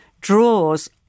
draws